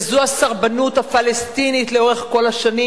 וזו הסרבנות הפלסטינית לאורך כל השנים,